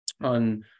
on